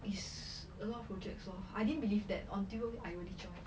it's a lot of projects lor I didn't believe that until I already joined